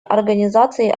организации